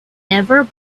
never